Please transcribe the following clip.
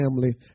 family